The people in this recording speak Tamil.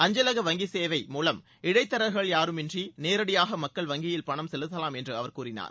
அஞ்சலக வங்கி சேவை மூலம் இடைத்தரகர்கள் யாறும் இன்றி நேரடியாக மக்கள் வங்கியில் பணம் செலுத்தலாம் என்று அவர் கூறினார்